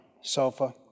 sofa